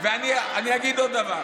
אני אגיד עוד דבר.